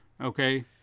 Okay